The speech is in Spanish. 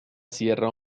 sierra